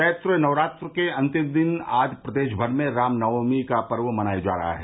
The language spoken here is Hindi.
चैत्र नवरात्र के अंतिम दिन आज प्रदेश भर में रामनवमी का पर्व मनाया जा रहा है